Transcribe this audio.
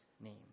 name